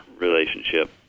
relationship